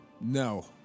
No